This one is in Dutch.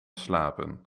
slapen